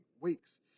weeks